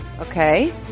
Okay